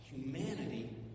humanity